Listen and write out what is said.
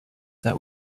that